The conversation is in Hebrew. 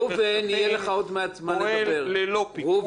ללא פיקוח.